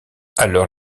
alors